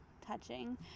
touching